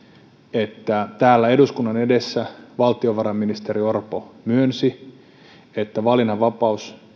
täällä eduskunnan edessä valtiovarainministeri orpo myönsi että valinnanvapaus